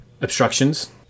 obstructions